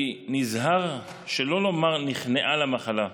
אני נזהר שלא לומר "נכנעה למחלה",